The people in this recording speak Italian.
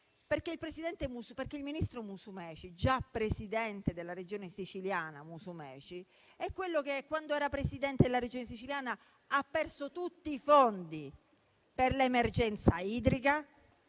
Il ministro Musumeci, già Presidente della Regione siciliana, è quello che, quando era Presidente della Regione siciliana, ha perso tutti i fondi per l'emergenza idrica